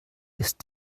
ist